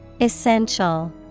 Essential